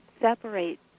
separate